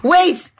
Wait